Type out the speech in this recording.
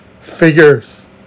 figures